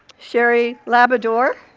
cheri labrador,